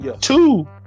two